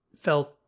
felt